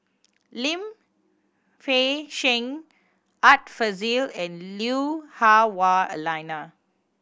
Lim Fei Shen Art Fazil and Lui Hah Wah Elena